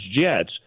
jets